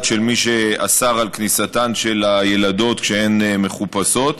של מי שאסר את כניסתן של הילדות כשהן מחופשות,